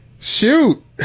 Shoot